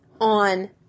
on